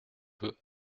peu